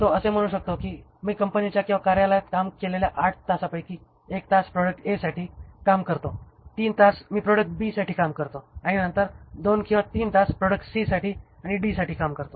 तो असे म्हणू शकतो की मी कंपनीच्या किंवा कार्यालयात काम केलेल्या 8 तासांपैकी १ तास प्रॉडक्ट A साठी काम करतो 3 तास मी B प्रॉडक्टसाठी काम करतो आणि नंतर मी 2 किंवा 3 तास प्रॉडक्ट C आणि D साठी काम करतो